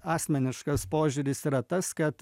asmeniškas požiūris yra tas kad